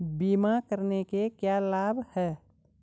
बीमा करने के क्या क्या लाभ हैं?